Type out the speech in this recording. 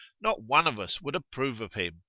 not one of us would approve of him.